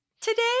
today